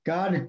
God